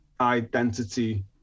identity